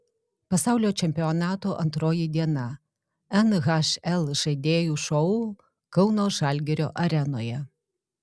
pasaulio čempionato antroji diena nhl žaidėjų šou kauno žalgirio arenoje